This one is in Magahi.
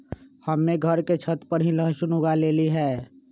हम्मे घर के छत पर ही लहसुन उगा लेली हैं